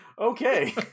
Okay